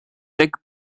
dick